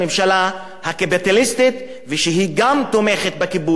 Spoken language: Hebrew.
שגם תומכת בכיבוש ובהתנחלויות.